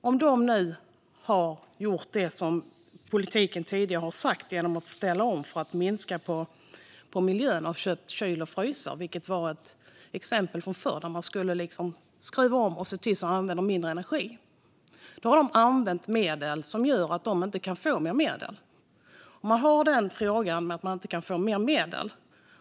Om Abisko nu har gjort det som politiken tidigare har sagt genom att ställa om för att minska belastningen på miljön och har köpt kylar och frysar - detta är ett exempel från förr, när man skulle skruva om och se till att använda mindre energi - har de använt medel på ett sätt som gör att de inte kan få mer medel. Det handlar om att de inte kan få mer medel.